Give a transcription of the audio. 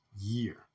year